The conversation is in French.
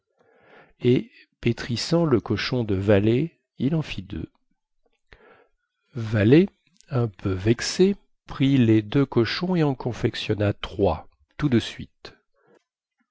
et pétrissant le cochon de vallée il en fit deux vallée un peu vexé prit les deux cochons et en confectionna trois tout de suite